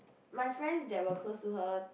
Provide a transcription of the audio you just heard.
my friends that were close to her